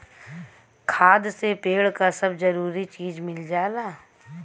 खाद से पेड़ क सब जरूरी चीज मिल जाला